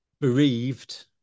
bereaved